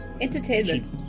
Entertainment